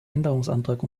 änderungsantrag